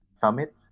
summit